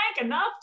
enough